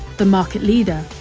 the market leader,